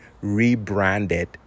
rebranded